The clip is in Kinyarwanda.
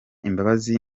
imbabazi